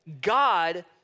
God